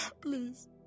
Please